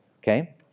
okay